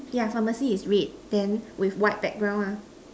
ya pharmacy is red then with white background ah